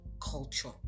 culture